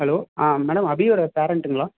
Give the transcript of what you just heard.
hello ஆ madam அபியோட பேரன்ட்டுங்களா